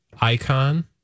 Icon